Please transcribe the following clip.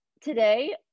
today